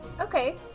Okay